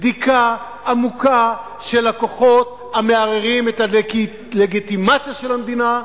בדיקה עמוקה של הכוחות המערערים את הלגיטימציה של המדינה,